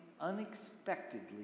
unexpectedly